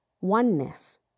Oneness